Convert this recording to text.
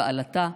בעלטה,